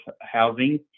housing